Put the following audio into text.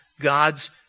God's